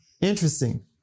Interesting